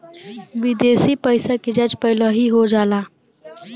विदेशी पइसा के जाँच पहिलही हो जाला